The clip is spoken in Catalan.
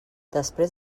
després